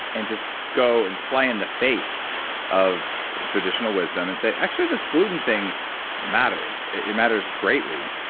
and just go, and fly in the face of traditional wisdom and say, actually, this gluten thing matters. it matters greatly.